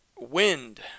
wind